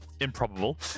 improbable